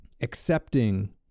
accepting